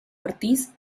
ortiz